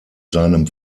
seinem